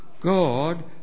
God